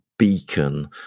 Beacon